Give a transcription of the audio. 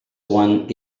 one